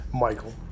Michael